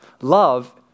Love